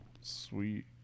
sweet